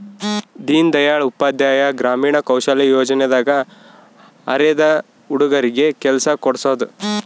ದೀನ್ ದಯಾಳ್ ಉಪಾಧ್ಯಾಯ ಗ್ರಾಮೀಣ ಕೌಶಲ್ಯ ಯೋಜನೆ ದಾಗ ಅರೆದ ಹುಡಗರಿಗೆ ಕೆಲ್ಸ ಕೋಡ್ಸೋದ